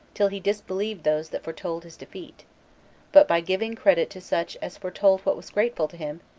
till he disbelieved those that foretold his defeat but, by giving credit to such as foretold what was grateful to him,